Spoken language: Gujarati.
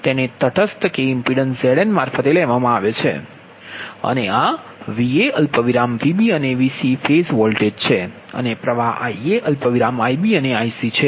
તેને તટસ્થ કે ઇમ્પિડન્સ Zn મારફતે લેવામાં આવે છે અને આ Va Vbઅને Vc ફેઝ વોલ્ટેજ છે અને પ્ર્વાહ IaIb અને Ic છે